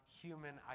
human